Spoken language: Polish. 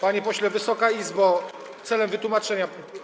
Panie pośle, Wysoka Izbo, celem wytłumaczenia.